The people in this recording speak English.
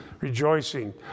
rejoicing